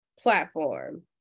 platform